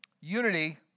Unity